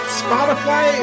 spotify